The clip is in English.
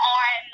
on